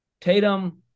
Tatum